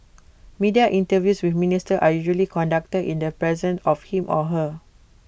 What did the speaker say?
media interviews with ministers are usually conducted in the presence of him or her